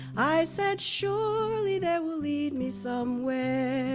i said surely, they will lead me somewhere. i